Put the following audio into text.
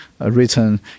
written